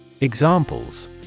Examples